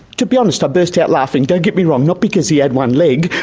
to be honest, i burst out laughing. don't get me wrong, not because he had one leg,